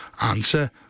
answer